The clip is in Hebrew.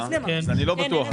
אני לא בטוח,